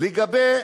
לגבי אנשים,